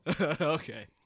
Okay